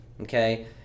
okay